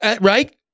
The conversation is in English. Right